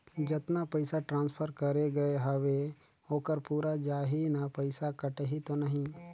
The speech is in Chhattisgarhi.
जतना पइसा ट्रांसफर करे गये हवे ओकर पूरा जाही न पइसा कटही तो नहीं?